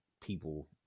people